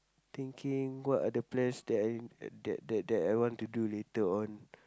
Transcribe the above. thinking what are the plans that that that that I want to do later on